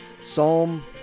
psalm